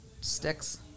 Sticks